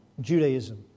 Judaism